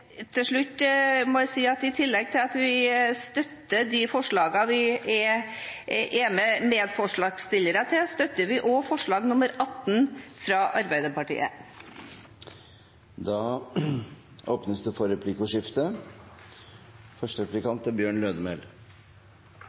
Til slutt må jeg si at i tillegg til at vi støtter de forslagene vi er medforslagsstillere til, støtter vi også forslag nr. 18, fra Arbeiderpartiet. Det blir replikkordskifte.